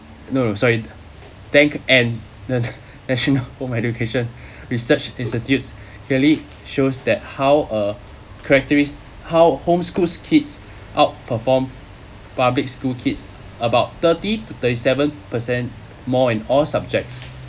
no no sorry thank and na~ national home education research institutes clearly shows that how a characteris~ how home schools kids outperform public school kids about thirty to thirty seven percent more in all subjects